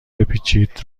بپیچید